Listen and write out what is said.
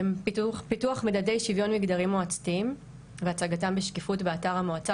פיתוח מדדי שוויון מגדרי מועצתיים והצגתם בשקיפות באתר המועצה,